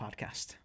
podcast